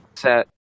set